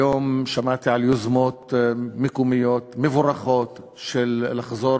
היום שמעתי על יוזמות מקומיות מבורכות לחזור